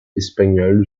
espagnol